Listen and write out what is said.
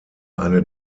eine